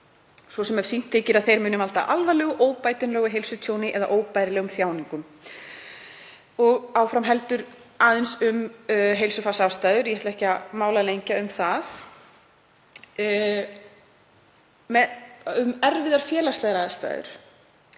svo sem ef sýnt þykir að þeir muni valda alvarlegu óbætanlegu heilsutjóni eða óbærilegum þjáningum.“ Og áfram heldur aðeins um heilsufarsástæður. Ég ætla ekki að málalengja um það. Um erfiðar félagslegar aðstæður